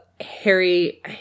harry